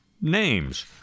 names